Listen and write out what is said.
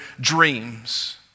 dreams